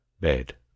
bed